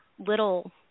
little